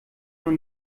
noch